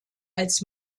als